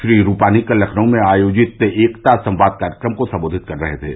श्री रूपानी कल लखनऊ में आयोजित एकता संवाद कार्यक्रम को संवोधित कर रहे थे